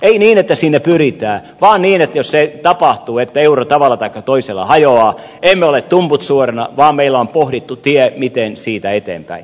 ei niin että siihen pyritään vaan niin että jos se tapahtuu että euro tavalla taikka toisella hajoaa emme ole tumput suorina vaan meillä on pohdittu tie miten siitä eteenpäin